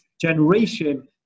generation